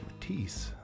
Matisse